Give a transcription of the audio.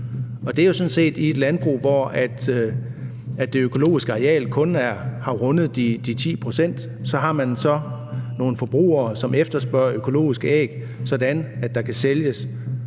Og det er jo sådan set i et landbrug, hvor det økologiske areal kun har rundet de 10 pct. Så har man så nogle forbrugere, som efterspørger økologiske æg, sådan at 30 pct.